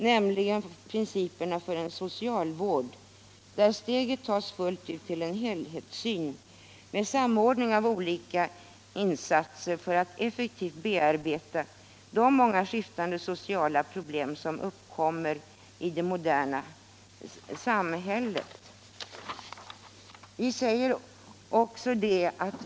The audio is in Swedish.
nämligen principerna för en socialvård där steget tas fullt ut till en helhetssyn med samordning av olika insatser för att effektivt bearbeta de många skiftande sociala problem som uppkommer i det mo = Nr 131 derna samhället.